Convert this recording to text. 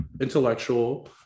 intellectual